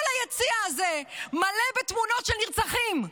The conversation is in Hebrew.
כל היציע הזה מלא בתמונות של נרצחים,